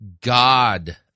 God